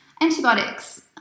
antibiotics